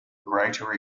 greater